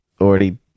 already